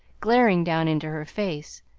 glaring down into her face,